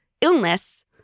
illness